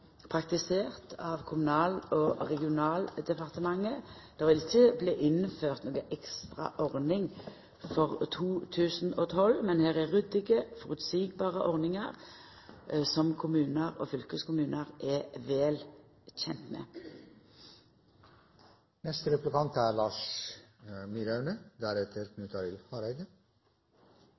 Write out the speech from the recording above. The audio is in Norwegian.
praktisert av Kommunal- og regionaldepartementet. Det vil ikkje bli innført noka ekstra ordning for 2012, men her er ryddige, føreseielege ordningar som kommunar og fylkeskommunar er vel